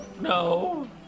no